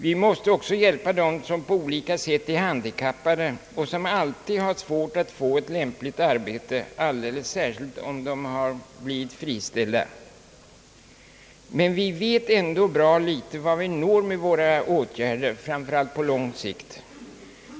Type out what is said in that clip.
Vi måste också hjälpa dem som på olika sätt är handikappade och som alltid har svårt att få lämpligt arbete, speciellt om de har blivit friställda. Men vi vet ändå bra litet vart vi når med våra åtgärder, framför allt på lång sikt.